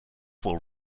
will